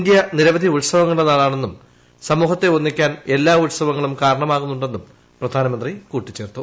India നിരവധി ഉത്സവങ്ങളുടെ നാടാണെന്നും ്സ്മൂഹത്തെ ഒന്നിക്കാൻ എല്ലാ ഉത്സവങ്ങളും കാരണമകുന്നുണ്ടെന്നും പ്രിധ്നാന്മന്ത്രി പറഞ്ഞു